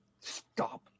Stop